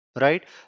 right